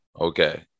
Okay